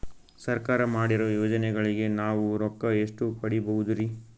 ಸರ್ಕಾರ ಮಾಡಿರೋ ಯೋಜನೆಗಳಿಗೆ ನಾವು ರೊಕ್ಕ ಎಷ್ಟು ಪಡೀಬಹುದುರಿ?